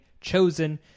chosen